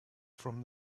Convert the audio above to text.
from